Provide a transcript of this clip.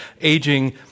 aging